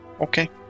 okay